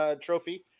trophy